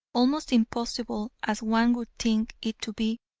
almost impossible as one would think it to be,